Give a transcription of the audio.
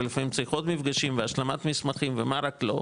ולפעמים צריך עוד מפגשים והשלמת מסמכים ומה לא.